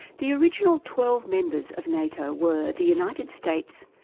the original twelve members of nato were the united states,